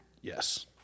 Yes